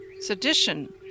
sedition